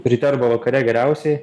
ryte arba vakare geriausiai